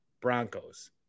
Broncos